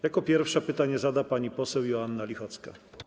Jako pierwsza pytanie zada pani poseł Joanna Lichocka.